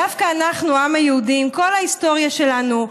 דווקא אנחנו, העם היהודי, עם כל ההיסטוריה שלנו,